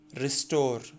restore